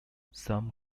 some